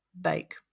bake